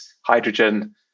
hydrogen